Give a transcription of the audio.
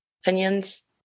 opinions